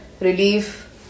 relief